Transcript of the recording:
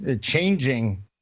changing